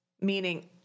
meaning